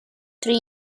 three